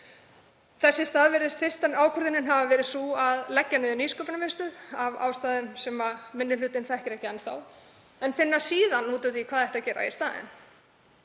Þess í stað virðist fyrsta ákvörðunin hafa verið sú að leggja niður Nýsköpunarmiðstöð, af ástæðum sem 1. minni hluti þekkir ekki enn þá, en finna síðan út úr því hvað ætti að gera í staðinn.